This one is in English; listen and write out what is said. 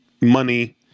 money